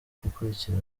gukurikira